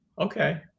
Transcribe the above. Okay